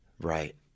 Right